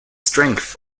strength